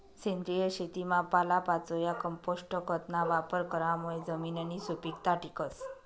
सेंद्रिय शेतीमा पालापाचोया, कंपोस्ट खतना वापर करामुये जमिननी सुपीकता टिकस